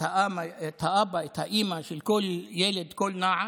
את האבא, את האימא, של כל ילד, של כל נער,